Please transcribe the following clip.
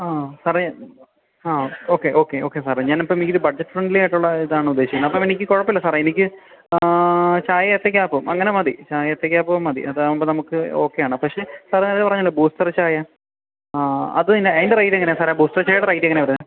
ആ സാറേ ആ ഓക്കെ ഓക്കെ ഓക്കെ സാറേ ഞാൻ ഇപ്പം ഇങ്ങനെ ബഡ്ജറ്റ് ഫ്രണ്ട്ലി ആയിട്ടുള്ള ഇതാണ് ഉദ്ദേശിക്കുന്നത് അപ്പം എനിക്ക് കുഴപ്പമില്ല സാറേ എനിക്ക് ചായയും ഏത്തക്ക അപ്പവും അങ്ങനെ മതി ചായയും ഏത്തക്ക അപ്പവും മതി അതാവുമ്പം നമുക്ക് ഓക്കെ ആണ് പക്ഷെ സാറേ അത് പറഞ്ഞല്ലോ ബൂസ്റ്റർ ചായ ആ അത് തന്നെ അതിൻ്റെ റേറ്റ് എങ്ങനെയാണ് സാറെ ബൂസ്റ്റർ ചായയുടെ റേറ്റ് എങ്ങനെയാണ് വരുന്നത്